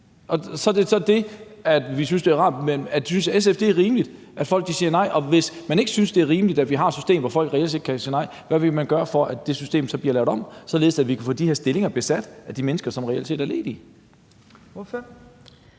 sagde: Nej, det arbejde vil jeg ikke have. Synes SF, det er rimeligt, at folk siger nej? Og hvis man ikke synes, det er rimeligt, at vi har et system, hvor folk reelt set kan sige nej, hvad vil man så gøre, for at det system bliver lavet om, således at vi kan få de her stillinger besat af de mennesker, som reelt set er ledige? Kl.